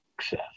success